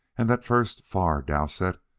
and that first far dowsett,